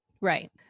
right